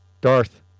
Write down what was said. Darth